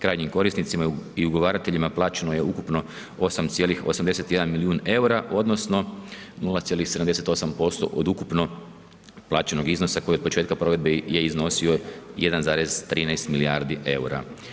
Krajnjim korisnicima i ugovarateljima uplaćeno je ukupno 8,81 milijun eura, odnosno 0,78% od ukupno plaćenog iznosa koji je od početka provedbe je iznosio 1,13 milijardu eura.